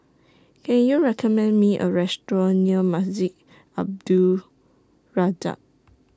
Can YOU recommend Me A Restaurant near Masjid Abdul Razak